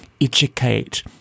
educate